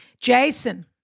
Jason